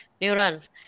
neurons